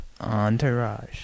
Entourage